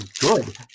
good